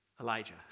Elijah